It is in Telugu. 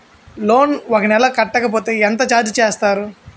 లోన్ ఒక నెల కట్టకపోతే ఎంత ఛార్జ్ చేస్తారు?